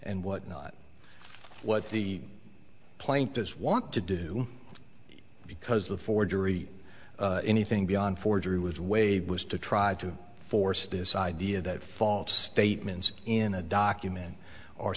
and what not what the plaintiffs want to do because the forgery anything beyond forgery was waived was to try to force this idea that false statements in a document or